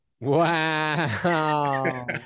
Wow